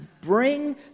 bring